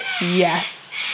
yes